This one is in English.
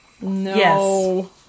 No